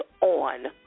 on